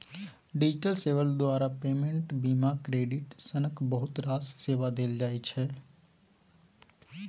digital सेबा द्वारा payment, बीमा, क्रेडिट सनक बहुत रास सेबा देल जाइ छै